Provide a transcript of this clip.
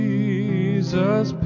Jesus